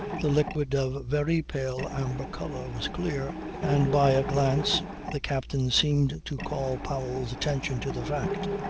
the liquid, of very pale amber colour, was clear, and by a glance the captain seemed to call powell's attention to the fact.